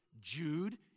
Jude